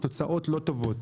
תוצאות לא טובות.